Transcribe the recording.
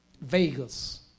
Vegas